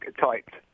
typed